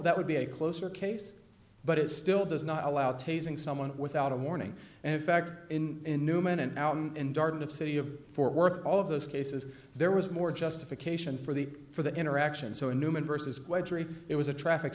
that would be a closer case but it still does not allow tasing someone without a warning and in fact in newman and darden of city of fort worth all of those cases there was more justification for the for the interaction so a newman versus wade jury a traffic